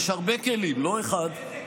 יש הרבה כלים, לא אחד.